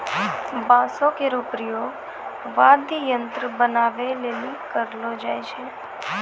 बांसो केरो प्रयोग वाद्य यंत्र बनाबए लेलि करलो जाय छै